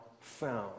found